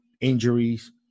Injuries